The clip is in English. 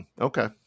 okay